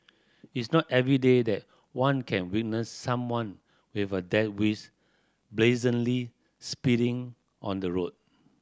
it's not everyday that one can witness someone with a death wish brazenly speeding on the road